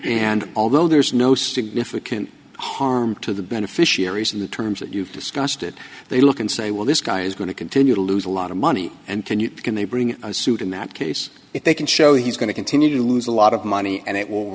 and although there's no significant harm to the beneficiaries in the terms that you've discussed it they look and say well this guy's going to continue to lose a lot of money and can you can they bring a suit in that case if they can show he's going to continue to lose a lot of money and it will